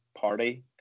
party